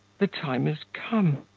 the time is come.